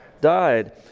died